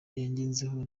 yangezeho